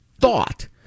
thought